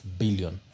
billion